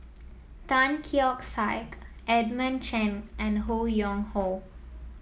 Tan Keong Saik Edmund Chen and Ho Yuen Hoe